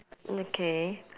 okay